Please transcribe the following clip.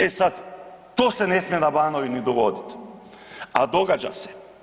E sad, to se ne smije na Banovini dogodit, a događa se.